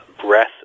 breath